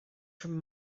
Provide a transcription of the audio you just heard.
from